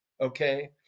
Okay